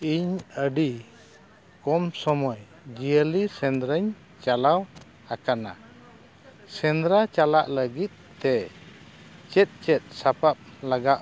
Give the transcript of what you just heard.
ᱤᱧ ᱟᱹᱰᱤ ᱠᱚᱢ ᱥᱚᱢᱚᱭ ᱡᱤᱭᱟᱹᱞᱤ ᱥᱮᱸᱫᱽᱨᱟᱧ ᱪᱟᱞᱟᱣ ᱟᱠᱟᱱᱟ ᱥᱮᱸᱫᱽᱨᱟ ᱪᱟᱞᱟᱜ ᱞᱟᱹᱜᱤᱫ ᱛᱮ ᱪᱮᱫ ᱪᱮᱫ ᱥᱟᱯᱟᱵ ᱞᱟᱜᱟᱜᱼᱟ